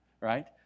right